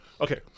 okay